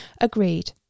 Agreed